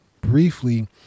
briefly